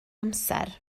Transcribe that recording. amser